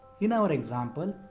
in our example,